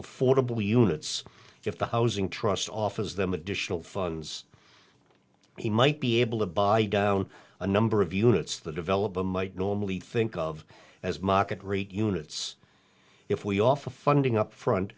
affordable units if the housing trust offers them additional funds he might be able to buy down a number of units that develop a might normally think of as market rate units if we offer funding up front